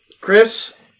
Chris